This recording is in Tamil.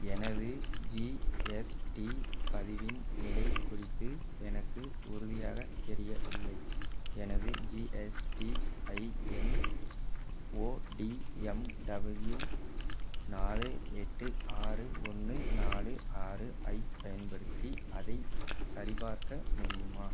எனது ஜிஎஸ்டி பதிவின் நிலைக் குறித்து எனக்கு உறுதியாக தெரியவில்லை எனது GSTIN O D M W நாலு எட்டு ஆறு ஒன்று நாலு ஆறு ஐப் பயன்படுத்தி அதைச் சரி பார்க்க முடியுமா